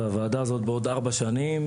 והוועדה הזאת בעוד ארבע שנים,